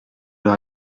leur